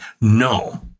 no